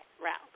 route